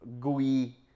gooey